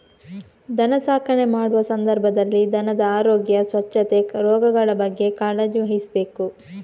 ದನ ಸಾಕಣೆ ಮಾಡುವ ಸಂದರ್ಭದಲ್ಲಿ ದನದ ಆರೋಗ್ಯ, ಸ್ವಚ್ಛತೆ, ರೋಗಗಳ ಬಗ್ಗೆ ಕಾಳಜಿ ವಹಿಸ್ಬೇಕು